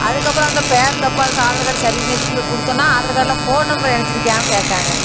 அதுக்கப்புறம் அந்த பேர் தப்பாக இருக்கிற ஆதார் கார்டு சரி பண்ணியாச்சுன்னு போய் கொடுத்தோன்னா ஆதார் கார்டில் ஃபோன் நம்பர் இணைச்சிருக்கியான்னு கேக்காறாங்க